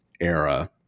era